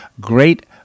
great